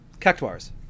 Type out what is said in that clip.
cactuars